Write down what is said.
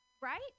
right